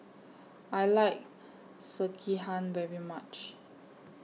I like Sekihan very much